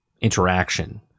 Interaction